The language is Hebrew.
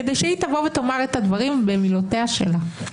כדי שהיא תבוא ותאמר את הדברים במילותיה שלה.